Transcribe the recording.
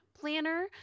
planner